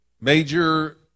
Major